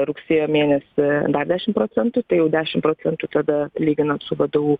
rugsėjo mėnesį dar dešimt procentų tai jau dešimt procentų tada lyginant su vdu